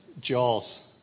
Jaws